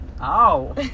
Ow